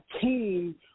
team